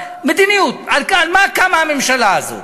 מדיניות, על מה קמה הממשלה הזאת,